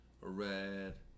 red